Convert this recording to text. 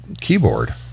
keyboard